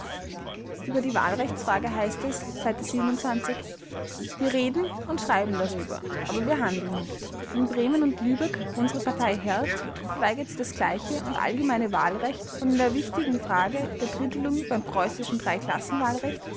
über die wahlrechtsfrage heißt es wir reden und schreiben darüber aber wir handeln nicht in bremen und lübeck wo unsere partei herrscht verweigert sie das gleiche und allgemeine wahlrecht und in der wichtigen frage der drittelung beim preußischen